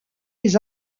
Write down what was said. les